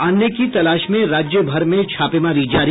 अन्य की तलाश में राज्य भर में छापेमारी जारी